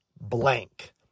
blank